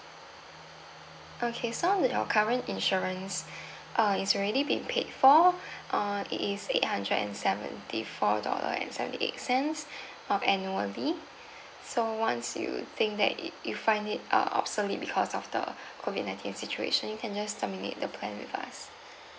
okay so your current insurance uh is already been paid for uh it is eight hundred and seventy four dollar and seventy eight cents uh annually so once you think that it you find it uh obsolete because of the COVID nineteen situation you can just terminate the plan with us